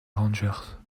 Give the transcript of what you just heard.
rangers